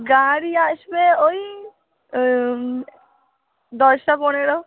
গাড়ি আসবে ওই দশটা পনেরো